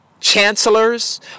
chancellors